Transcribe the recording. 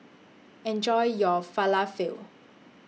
Enjoy your Falafel